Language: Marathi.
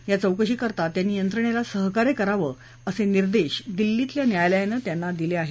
या चौकशीकरता त्यांनी यंत्रणेला सहकार्य करावं असे निर्देश दिल्लीतल्या न्यायालयानं त्यांना दिले आहेत